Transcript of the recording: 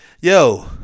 yo